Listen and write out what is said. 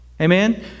Amen